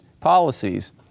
policies